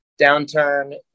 downturn